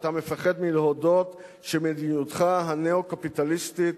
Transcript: שאתה מפחד להודות שמדיניותך הניאו-קפיטליסטית